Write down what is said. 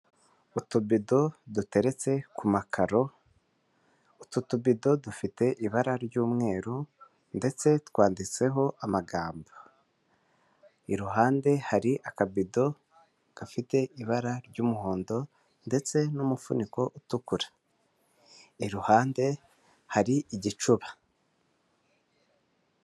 Utubido duteretse ku makaro utu tubido dufite ibara ry'umweru ndetse twanditseho amagambo, iruhande hari akabido gafite ibara ry'umuhondo ndetse n'umufuniko utukura iruhande hari igicuba.